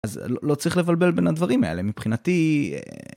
אז לא צריך לבלבל בין הדברים האלה, מבחינתי...